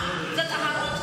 מה, זו תחרות?